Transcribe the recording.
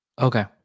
Okay